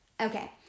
Okay